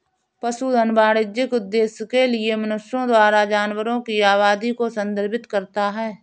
पशुधन वाणिज्यिक उद्देश्य के लिए मनुष्यों द्वारा जानवरों की आबादी को संदर्भित करता है